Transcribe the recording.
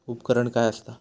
उपकरण काय असता?